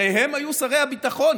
הרי הם היו שרי הביטחון,